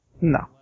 No